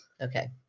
Okay